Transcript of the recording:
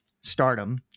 stardom